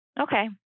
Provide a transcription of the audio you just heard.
Okay